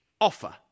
Offer